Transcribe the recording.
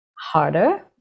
harder